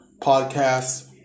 podcasts